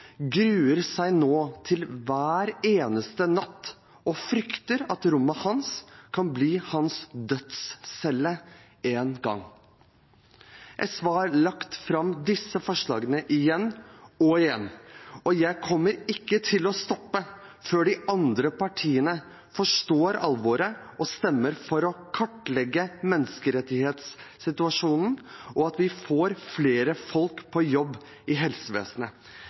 gruer seg til hver eneste natt og frykter at rommet hans en gang kan bli hans dødscelle. SV har lagt fram disse forslagene igjen og igjen. Jeg kommer ikke til å stoppe før de andre partiene forstår alvoret og stemmer for å kartlegge menneskerettighetssituasjonen, og vi får flere folk på jobb i helsevesenet.